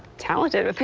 talented.